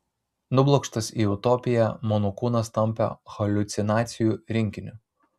nublokštas į utopiją mano kūnas tampa haliucinacijų rinkiniu